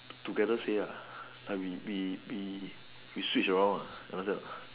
together say ya like we we Switch around